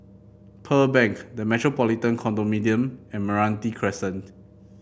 Pearl Bank The Metropolitan Condominium and Meranti Crescent